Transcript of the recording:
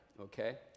okay